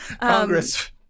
Congress